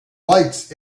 lights